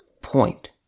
point